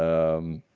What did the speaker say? um,